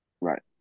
Right